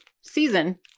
season